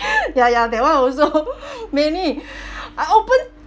ya ya that one also many I open